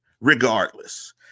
regardless